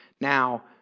now